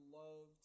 love